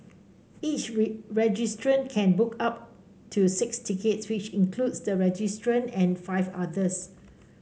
each registrant can book up to six tickets which includes the registrant and five others